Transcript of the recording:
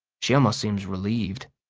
she almost seems relieved.